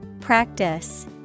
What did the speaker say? Practice